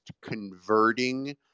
converting